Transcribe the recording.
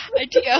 idea